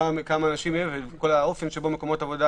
כמה אנשים והאופן של פעילות מקומות עבודה,